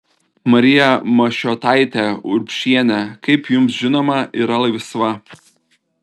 marija mašiotaitė urbšienė kaip jums žinoma yra laisva